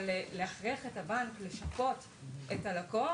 אבל להכריח את הבנק לשפות את הלקוח